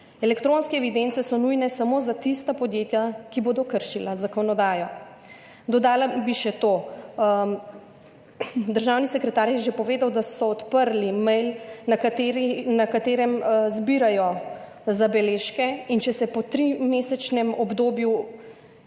Elektronske evidence so nujne samo za tista podjetja, ki bodo kršila zakonodajo. Dodala bi še to, državni sekretar je že povedal, da so odprli mail na katerem zbirajo zabeležke in če se po trimesečnem obdobju